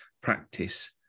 practice